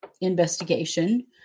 investigation